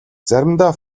заримдаа